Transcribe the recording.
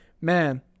Man